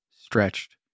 stretched